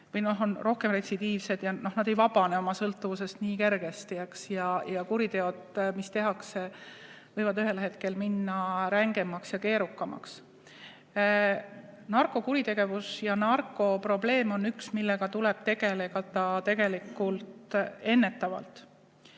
on rohkem retsidiivsed. Nad ei vabane oma sõltuvusest nii kergesti ja kuriteod, mis tehakse, võivad ühel hetkel minna rängemaks ja keerukamaks. Narkokuritegevus ja narkoprobleem on üks, millega tuleb tegelda tegelikult ennetavalt.